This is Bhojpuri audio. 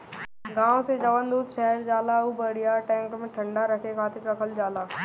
गाँव से जवन दूध शहर जाला उ बड़ियार टैंक में ठंडा रखे खातिर रखल जाला